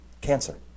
Cancer